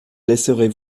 laisserez